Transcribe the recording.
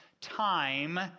time